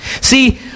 See